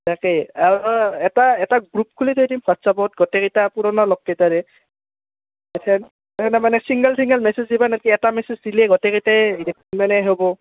তাকেই আৰু এটা এটা গ্ৰুপ খুলি থৈ দিম হোৱাটছআপত গোইকেইটা পুৰণা লগকেইটাৰে মানে চিংগল চিংগল মেছেজ দিবা নেকি এটা মেছেজ দিলেই